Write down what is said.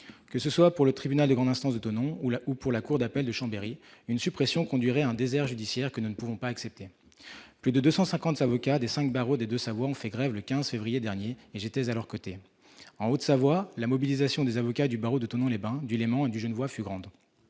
Que ce soit pour le tribunal de grande instance de Thonon-les-Bains ou la cour d'appel de Chambéry, une suppression conduirait à un désert judiciaire que nous ne pouvons pas accepter. Plus de 250 avocats des cinq barreaux des deux Savoie ont fait grève le 15 février dernier, et j'étais à leurs côtés. En Haute-Savoie, la mobilisation des avocats du barreau de Thonon-les-Bains, du Léman et du Genevois fut grande.